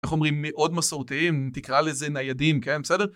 איך אומרים מאוד מסורתיים, תקרא לזה ניידים, כן? בסדר?